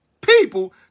people